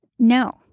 No